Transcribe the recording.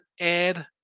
add